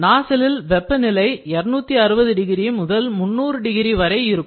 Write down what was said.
நாசிலில் வெப்பநிலை 260 டிகிரி முதல் 300 டிகிரி வரை இருக்கும்